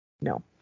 No